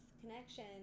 connection